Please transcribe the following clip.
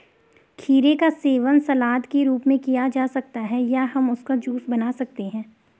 खीरे का सेवन सलाद के रूप में किया जा सकता है या हम इसका जूस बना सकते हैं